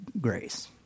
Grace